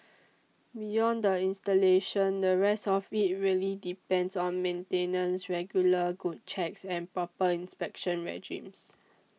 beyond the installation the rest of it really depends on maintenance regular good checks and proper inspection regimes